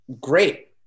great